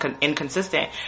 inconsistent